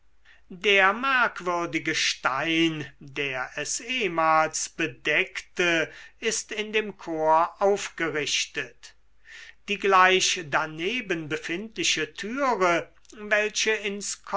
der merkwürdige stein der es ehmals bedeckte ist in dem chor aufgerichtet die gleich daneben befindliche türe welche